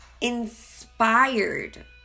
inspired